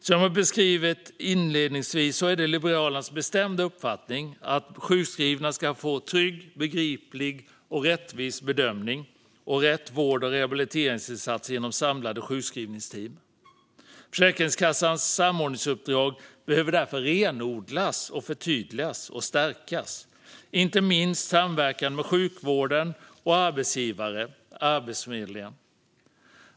Som jag beskrev inledningsvis är det Liberalernas bestämda uppfattning att sjukskrivna ska få en trygg, begriplig och rättvis bedömning och rätt vård och rehabiliteringsinsatser genom samlade sjukskrivningsteam. Försäkringskassans samordningsuppdrag behöver därför renodlas, förtydligas och stärkas, inte minst samverkan med sjukvården, arbetsgivare och Arbetsförmedlingen.